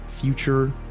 future